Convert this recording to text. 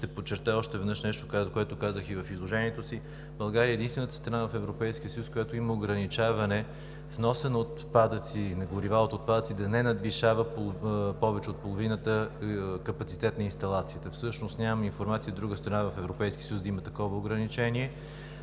Ще подчертая още веднъж нещо, което казах и в изложението си: България е единствената страна в Европейския съюз, в която има ограничаване вносът на отпадъци и на горива от отпадъци да не надвишава повече от половината капацитет на инсталацията. Всъщност нямам информация друга страна в Европейския съюз да има такова ограничение.